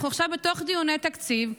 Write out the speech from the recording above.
אנחנו עכשיו בתוך דיוני תקציב,